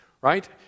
right